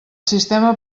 sistema